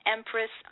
Empress